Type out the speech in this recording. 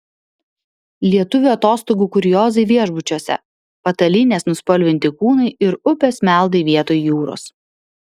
lietuvių atostogų kuriozai viešbučiuose patalynės nuspalvinti kūnai ir upės meldai vietoj jūros